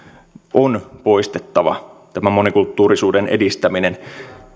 on poistettava tämä monikulttuurisuuden edistäminen